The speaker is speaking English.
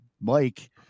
Mike